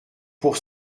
pour